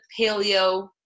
paleo